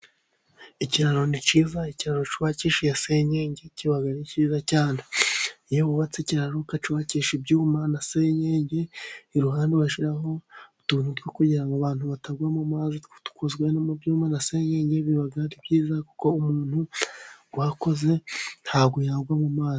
Ikiraro ni cyiza ikiraro cyubakishijwe senyenge kiba cyiza cyane, iyo wubatse ikiraro ukacyubakisha ibyuma na senyenge, iruhande ugashyiraho utuntu two kugira ngo abantu batagwa mu mazi dukozwe mu byuma na senyenge, biba ari byiza kuko umuntu uhakoze ntabwo yagwa mu mazi.